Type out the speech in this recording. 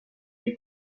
nei